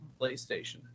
PlayStation